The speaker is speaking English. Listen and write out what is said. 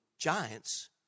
giants